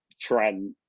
Trent